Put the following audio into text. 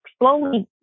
slowly